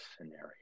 scenario